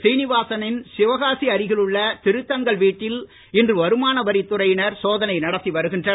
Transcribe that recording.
சீனுவாசனின் சிவகாசி அருகில் உள்ள திருத்தங்கல் வீட்டில் இன்று வருமான வரி துறையினர் சோதனை நடத்தி வருகின்றனர்